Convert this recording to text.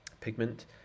Pigment